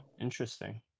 Interesting